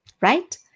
right